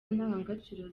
ndangagaciro